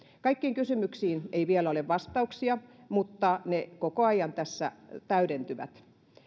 kaikkiin kysymyksiin ei vielä ole vastauksia mutta ne koko ajan tässä täydentyvät